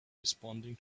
responding